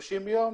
30 יום.